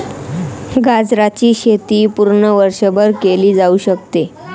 गाजराची शेती पूर्ण वर्षभर केली जाऊ शकते